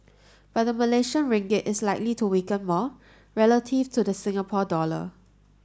but the Malaysian Ringgit is likely to weaken more relative to the Singapore dollar